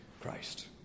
Christ